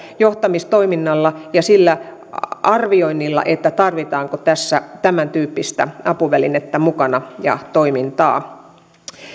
johtamistoiminnalla ja sillä arvioinnilla että tarvitaanko mukana tämän tyyppistä apuvälinettä ja toimintaa